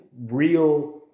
real